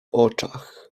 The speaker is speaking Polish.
oczach